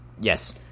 Yes